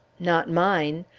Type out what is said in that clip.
not mine!